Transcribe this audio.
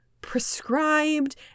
prescribed